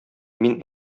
мин